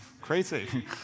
crazy